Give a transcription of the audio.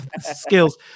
skills